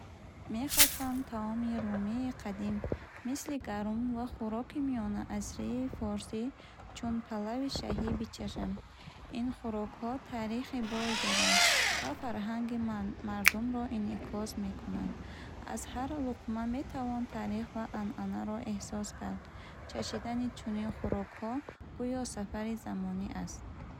Мехостам таоми румии қадим, мисли гарум ва хӯроки миёнаасрии форсӣ, чун палави шаҳӣ, бичашам. Ин хӯрокҳо таърихи бой доранд ва фарҳанги ман мардумро инъикос мекунанд. Аз ҳар луқма метавон таърих ва анъанаро эҳсос кард. Чашидани чунин хӯрокҳо гӯё сафари замонӣ аст.